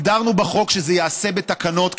הגדרנו בחוק שזה ייעשה בתקנות,